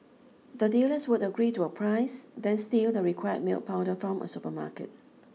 the dealers would agree to a price then steal the required milk powder from a supermarket